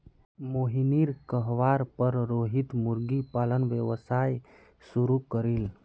मोहिनीर कहवार पर रोहित मुर्गी पालन व्यवसाय शुरू करील